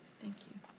thank you.